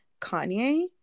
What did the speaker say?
Kanye